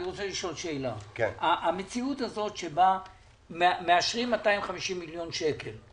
אני רוצה לשאול שאלה: המציאות הזו שבה מאשרים 250 מיליון שקלים.